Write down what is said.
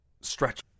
stretch